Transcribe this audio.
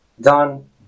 done